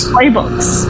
Playbooks